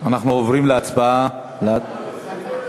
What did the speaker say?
אנחנו עוברים להצבעה, הצעה לסדר-היום,